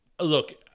look